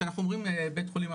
שאנחנו אומרים בית חולים,